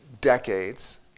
decades